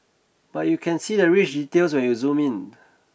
but you can see the rich details when you zoom in